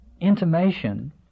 intimation